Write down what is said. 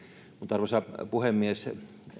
arvoisa puhemies kyllä